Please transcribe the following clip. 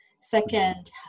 second